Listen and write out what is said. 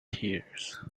tears